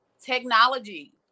technology